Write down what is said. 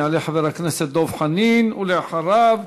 יעלה חבר הכנסת דב חנין, ולאחריו,